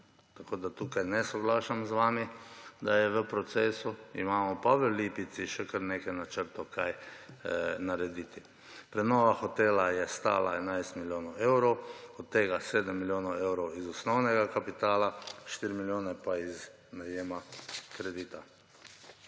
tako da tukaj ne soglašam z vami, da je v procesu. Imamo pa v Lipici še kar nekaj načrtov, kaj narediti. Prenova hotela je stala 11 milijonov evrov, od tega 7 milijonov evrov iz osnovnega kapitala, 4 milijone pa iz najema kredita.